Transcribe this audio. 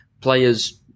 Players